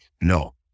No